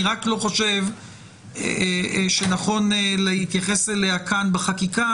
אני לא חושב שנכון להתייחס אליה כאן בחקיקה.